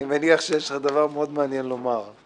אני מניח שיש לך דבר מאוד מעניין לומר...